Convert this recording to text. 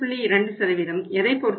2 எதை பொருத்தது